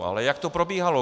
Ale jak to probíhalo?